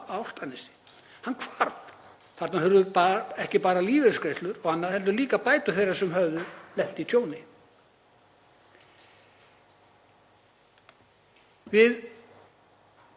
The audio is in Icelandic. Álftanesi. Hann hvarf. Þarna hurfu ekki bara lífeyrisgreiðslur og annað heldur líka bætur þeirra sem höfðu lent í tjóni. Við